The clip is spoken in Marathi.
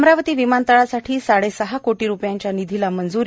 अमरावती विमानतळासाठी साडेसहा कोटी रूपयांच्या निधीला मंजूरी